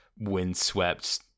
windswept